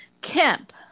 Kemp